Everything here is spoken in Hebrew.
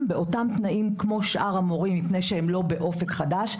באותם תנאים כמו שאר המורים כי הם לא באופק חדש.